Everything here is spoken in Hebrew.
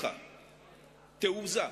ללא קריאות ביניים, לנאומי האופוזיציה,